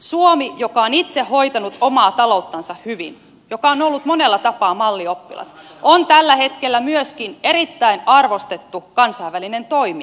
suomi joka on itse hoitanut omaa talouttansa hyvin ja on ollut monella tapaa mallioppilas on tällä hetkellä myöskin erittäin arvostettu kansainvälinen toimija